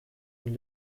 von